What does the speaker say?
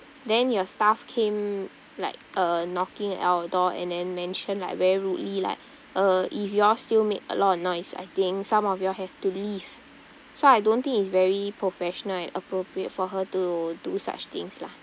then your staff came like uh knocking at our door and then mention like very rudely like uh if you all still make a lot of noise I think some of you all have to leave so I don't think it's very professional and appropriate for her to do such things lah